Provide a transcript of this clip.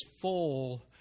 full